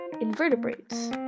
invertebrates